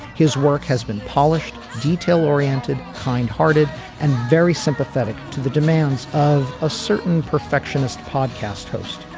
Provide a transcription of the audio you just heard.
his work has been polished detail oriented kind hearted and very sympathetic to the demands of a certain perfectionist podcast host.